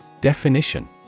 Definition